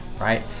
right